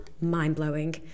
mind-blowing